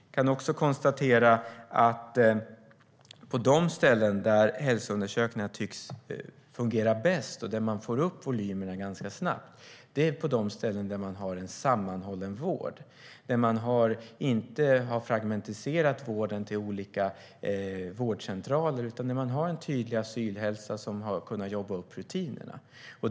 Jag kan också konstatera att de ställen där hälsoundersökningar tycks fungera bäst och där man får upp volymerna ganska snabbt är ställen där det är en sammanhållen vård. Där har man inte fragmentiserat vården till olika vårdcentraler utan har en tydlig asylhälsa som har kunnat jobba upp rutinerna.